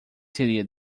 teria